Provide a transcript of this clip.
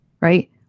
right